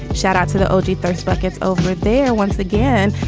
shout out to the oji thirst buckets over there once again.